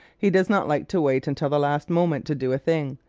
he does not like to wait until the last moment to do a thing.